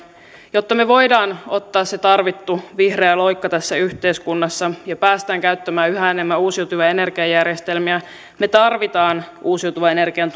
jotta me voimme ottaa sen tarvittavan vihreän loikan tässä yhteiskunnassa ja päästä käyttämään yhä enemmän uusiutuvia energiajärjestelmiä me tarvitsemme uusiutuvan energian